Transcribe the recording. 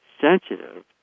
sensitive